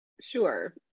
Sure